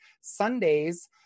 Sundays